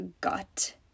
gut